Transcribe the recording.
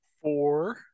Four